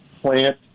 plant